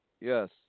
yes